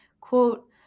quote